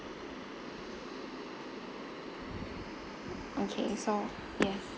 okay so yes